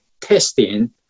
testing